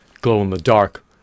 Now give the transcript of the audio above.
glow-in-the-dark